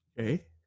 Okay